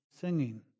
singing